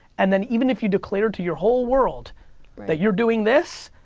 and then even if you declare it to your whole world that you're doing this,